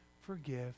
forgive